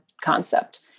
concept